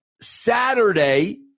Saturday